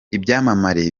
ibyamamare